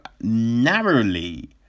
narrowly